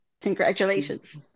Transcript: Congratulations